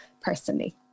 personally